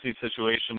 situation